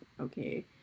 okay